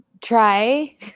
Try